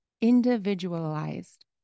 individualized